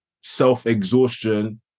self-exhaustion